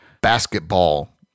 basketball